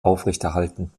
aufrechterhalten